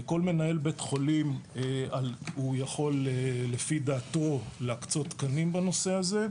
כל מנהל בית חולים הוא יכול לפי דעתו להקצות תקנים בנושא הזה,